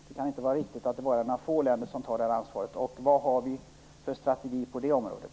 Det kan inte riktigt att bara några få länder tar det ansvaret. Vad har vi för strategi på det området?